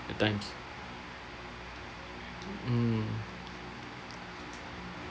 at times mm